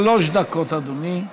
שלוש דקות, אדוני.